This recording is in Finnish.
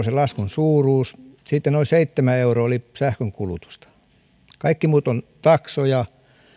sen laskun suuruus oli seitsemänkymmentäviisi euroa siitä noin seitsemän euroa oli sähkönkulutusta kaikki muut ovat taksoja